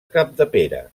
capdepera